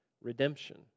redemption